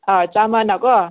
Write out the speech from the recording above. ꯑꯥ ꯆꯥꯃꯅ ꯀꯣ